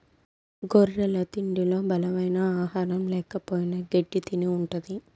గొర్రెల తిండిలో బలమైన ఆహారం ల్యాకపోయిన గెడ్డి తిని ఉంటది